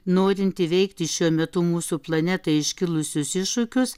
norint įveikti šiuo metu mūsų planetai iškilusius iššūkius